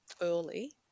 early